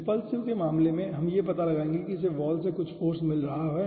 repulsive के मामले में हम यह पता लगाएंगे कि इसे वॉल से कुछ फ़ोर्स मिल रहा है